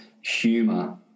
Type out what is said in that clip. humor